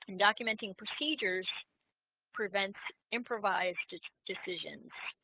and documenting procedures prevents improvised decisions